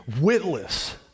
witless